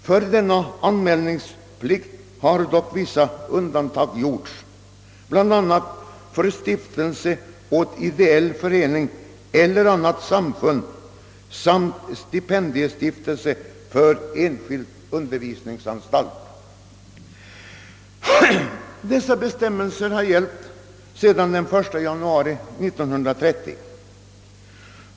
Från denna anmälningsplikt har dock vissa undantag gjorts, bl.a. för stiftelse, anförtrodd åt ideell förening eller annat samfund, samt för stipendiestiftelse vid enskild undervisningsanstalt. Dessa bestämmelser har gällt sedan den 1 januari 1930.